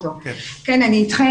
כן, אני אתכם.